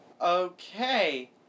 Okay